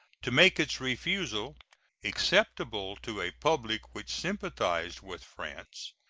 to make its refusal acceptable to a public which sympathized with france,